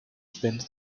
spend